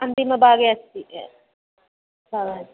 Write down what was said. अन्तिमभागे अस्ति साव